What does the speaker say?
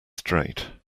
straight